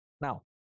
Now